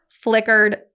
flickered